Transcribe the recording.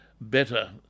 better